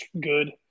good